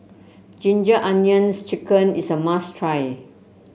Ginger Onions chicken is a must try